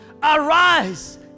Arise